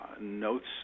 notes